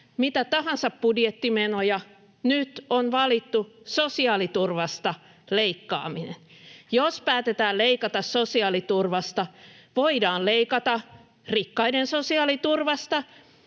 mitä tahansa budjettimenoja. Nyt on valittu sosiaaliturvasta leikkaaminen. Jos päätetään leikata sosiaaliturvasta, voidaan leikata rikkaiden sosiaaliturvasta